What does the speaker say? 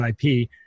IP